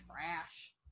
Trash